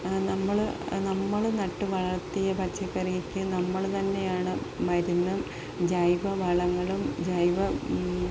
നമ്മള് നമ്മള് നട്ടുവളർത്തിയ പച്ചക്കറിക്ക് നമ്മള് തന്നെയാണ് മരുന്നും ജൈവവളങ്ങളും ജൈവ